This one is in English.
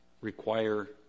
require